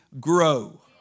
grow